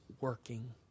working